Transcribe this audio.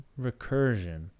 recursion